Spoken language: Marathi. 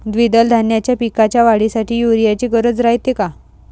द्विदल धान्याच्या पिकाच्या वाढीसाठी यूरिया ची गरज रायते का?